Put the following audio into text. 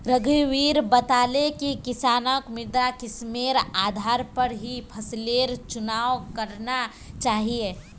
रघुवीर बताले कि किसानक मृदा किस्मेर आधार पर ही फसलेर चुनाव करना चाहिए